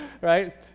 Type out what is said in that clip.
right